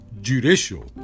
judicial